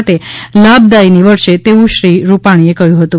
માટે લાભદાયી નિવડશે તેવું શ્રી રૂપાણીએ કહ્યું હતું